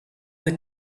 that